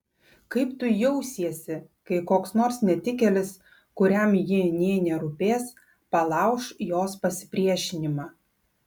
kaip tu jausiesi kai koks nors netikėlis kuriam ji nė nerūpės palauš jos pasipriešinimą